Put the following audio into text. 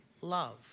love